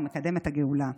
או מקדם את הגאולה.